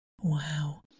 wow